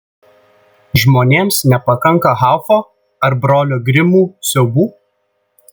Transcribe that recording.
žmonėms nepakanka haufo ar brolių grimų siaubų